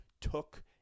took